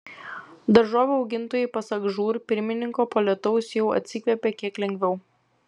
daržovių augintojai pasak žūr pirmininko po lietaus jau atsikvėpė kiek lengviau